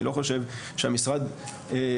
אני לא חושב שהמשרד מרגיש,